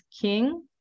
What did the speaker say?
king